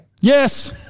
Yes